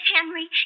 Henry